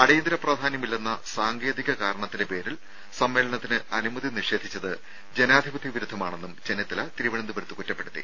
അടിയന്തര പ്രാധാന്യമില്ലെന്ന സാങ്കേതിക കാരണത്തിന്റെ പേരിൽ സമ്മേളനത്തിന് അനുമതി നിഷേധിച്ചത് ജനാധിപത്യ വിരുദ്ധമാണെന്നും ചെന്നിത്തല തിരുവനന്തപുരത്ത് കുറ്റപ്പെടുത്തി